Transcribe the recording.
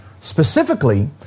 Specifically